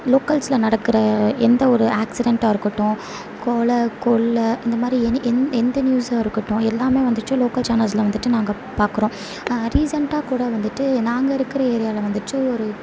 லோக்கல்ஸில் நடக்கிற எந்த ஒரு ஆக்சிடண்ட்டாக இருக்கட்டும் கொலை கொள்ளை இந்த மாதிரி எனி எந் எந்த நியூஸாக இருக்கட்டும் எல்லாமே வந்துவிட்டு லோக்கல் சேனல்ஸில் வந்துவிட்டு நாங்கள் பார்க்குறோம் ரீசண்டாக கூட வந்துவிட்டு நாங்கள் இருக்கிற ஏரியாவில வந்துவிட்டு ஒரு